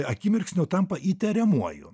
akimirksniu tampa įtariamuoju